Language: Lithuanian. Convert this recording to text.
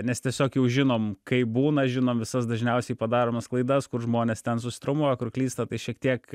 nes tiesiog jau žinom kaip būna žinom visas dažniausiai padaromas klaidas kur žmonės ten susitraumuoja kur klysta tai šiek tiek